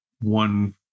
one